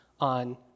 on